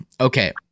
okay